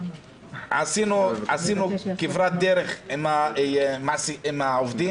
עשינו כברת דרך עם העובדים,